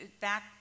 back